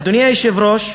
אדוני היושב-ראש,